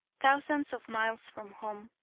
thousands of miles from home,